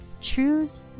choose